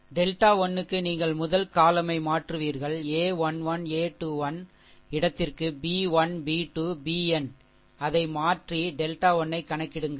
delta 1 க்கு நீங்கள் முதல் column யை மாற்றுவீர்கள் a 1 1 a 21 இடத்திற்கு பி1 பி2 பிஎன் அதை மாற்றி டெல்டா 1 ஐ கணக்கிடுங்கள்